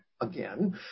again